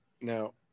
Now